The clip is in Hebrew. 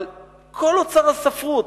אבל כל אוצר הספרות,